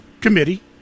Committee